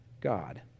God